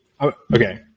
okay